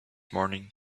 morning